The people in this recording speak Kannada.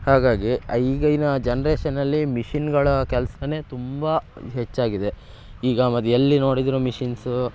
ಹಾಗಾಗಿ ಈಗಿನ ಜನ್ರೇಷನಲ್ಲಿ ಮಿಷಿನ್ಗಳ ಕೆಲ್ಸವೇ ತುಂಬ ಹೆಚ್ಚಾಗಿದೆ ಈಗ ಮತ್ ಎಲ್ಲಿ ನೋಡಿದ್ರೂ ಮಿಷಿನ್ಸು